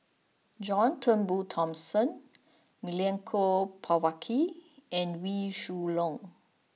John Turnbull Thomson Milenko Prvacki and Wee Shoo Leong